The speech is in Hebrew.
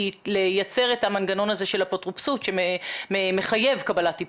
לייצר את המנגנון הזה של האפוטרופסות שמחייב קבלת טיפול?